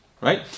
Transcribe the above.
right